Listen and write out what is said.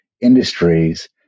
industries